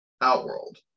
Outworld